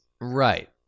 Right